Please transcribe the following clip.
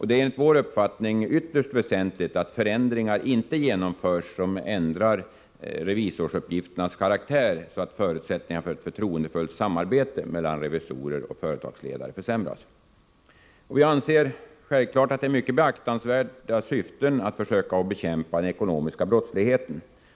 Det är enligt vår uppfattning ytterst väsentligt att förändringar inte genomförs som ändrar revisorsuppgifternas karaktär så att förutsättningarna för ett förtroendefullt samarbete mellan revisorer och företagsledare försämras. Vi anser självfallet att det är ett mycket beaktansvärt syfte att försöka bekämpa den ekonomiska brottsligheten.